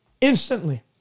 instantly